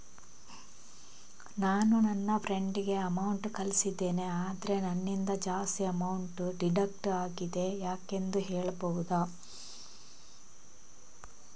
ನಾನು ನನ್ನ ಫ್ರೆಂಡ್ ಗೆ ಅಮೌಂಟ್ ಕಳ್ಸಿದ್ದೇನೆ ಆದ್ರೆ ನನ್ನಿಂದ ಜಾಸ್ತಿ ಅಮೌಂಟ್ ಡಿಡಕ್ಟ್ ಆಗಿದೆ ಅದು ಯಾಕೆಂದು ಹೇಳ್ಬಹುದಾ?